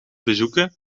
bezoeken